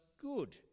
good